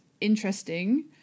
interesting